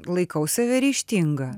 laikau save ryžtinga